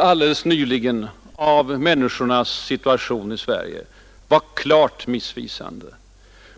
alldeles nyss av människornas situation i Sverige var klart missvisande.